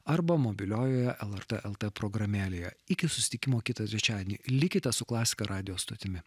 arba mobiliojoje lrt lt programėlėje iki susitikimo kitą trečiadienį likite su klasika radijo stotimi